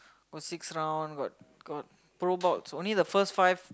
or six round got got problem only the first price